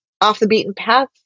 off-the-beaten-path